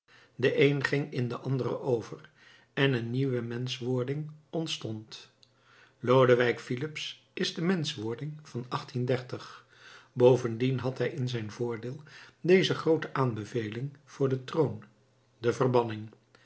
de een ging in de andere over en een nieuwe menschwording ontstond lodewijk filips is de menschwording van bovendien had hij in zijn voordeel deze groote aanbeveling voor den troon de verbanning